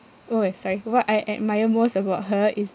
what I admire most about her is